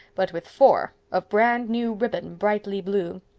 but with four, of brand-new ribbon, brightly blue.